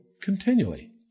continually